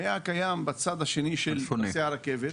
הוא היה קיים בצד השני של פסי הרכבת.